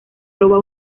roba